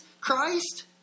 Christ